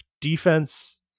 defense